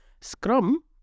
Scrum